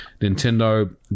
Nintendo